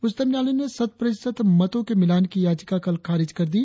उच्चतम न्यायालय ने शत प्रतिशत मतों के मिलान की याचिका कल खारिज कर दी